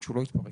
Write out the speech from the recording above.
שהוא לא יתפרק.